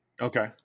Okay